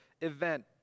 event